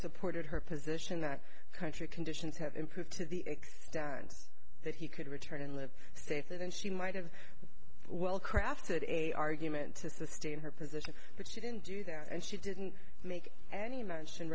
supported her position that country conditions have improved to the extent that he could return and live safely then she might have well crafted a argument to sustain her position but she didn't do that and she didn't make any mention